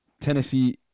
Tennessee